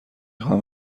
خواهم